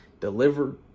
delivered